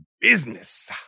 business